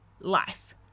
life